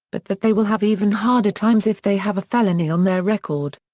but that they will have even harder times if they have a felony on their record.